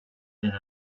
and